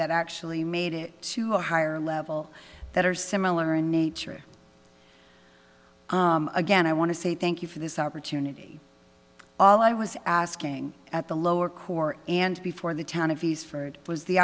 that actually made it to a higher level that are similar in nature again i want to say thank you for this opportunity all i was asking at the lower court and before the town of use for it was the